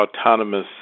autonomous